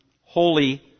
holy